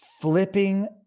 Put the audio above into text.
Flipping